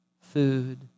food